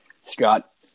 scott